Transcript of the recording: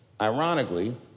Ironically